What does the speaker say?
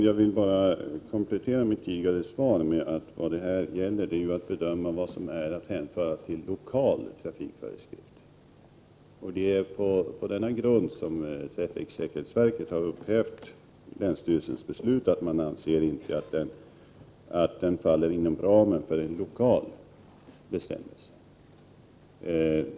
Herr talman! Jag vill komplettera mitt svar. Vad det här är fråga om är att man skall bedöma vad som är att hänföra till lokal trafikföreskrift. Det är på denna grund som trafiksäkerhetsverket har upphävt länsstyrelsens beslut. Trafiksäkerhetsverket anser inte att denna fråga faller inom ramen för en lokal bestämmelse.